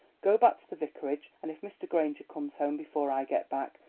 go back to the vicarage, and if mr. granger comes home before i get back,